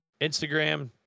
Instagram